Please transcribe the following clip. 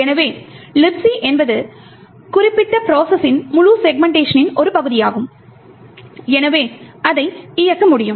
எனவே Libc என்பது குறிப்பிட்ட ப்ரோசஸின் முழு செக்மென்ட்டேஷனின் ஒரு பகுதியாகும் எனவே அதை இயக்க முடியும்